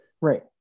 right